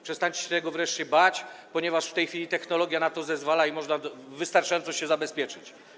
Przestańcie się wreszcie tego bać, ponieważ w tej chwili technologia na to zezwala i można wystarczająco się zabezpieczyć.